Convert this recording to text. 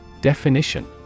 Definition